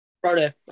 Friday